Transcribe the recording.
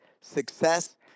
Success